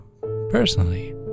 personally